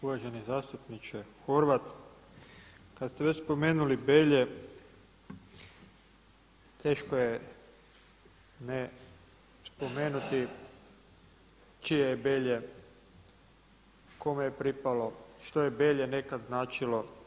Uvaženi zastupniče Horvat, kad ste već spomenuli Belje teško je ne spomenuti čije je Belje, kome je pripalo, što je Belje nekad značilo.